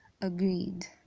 agreed